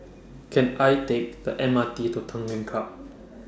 Can I Take The M R T to Tanglin Club